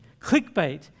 clickbait